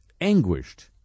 anguished